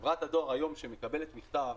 חברת הדואר היום, כשהיא מקבלת מכתב,